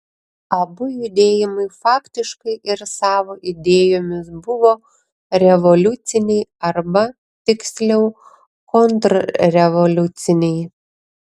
abu judėjimai faktiškai ir savo idėjomis buvo revoliuciniai arba tiksliau kontrrevoliuciniai